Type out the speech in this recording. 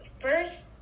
first